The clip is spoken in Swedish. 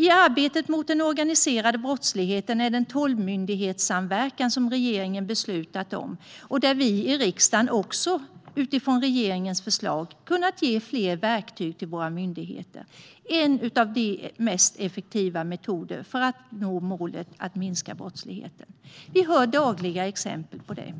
I arbetet mot den organiserade brottsligheten är den samverkan mellan tolv myndigheter som regeringen beslutat om - och där vi i riksdagen utifrån regeringens förslag har kunnat ge fler verktyg till våra myndigheter - en av de mest effektiva metoderna för att nå målet att minska brottsligheten. Vi hör om dagliga exempel på det.